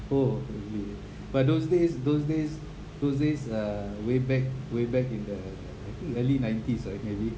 oh but those days those days those days uh way back way back in the I think early nineties or it can be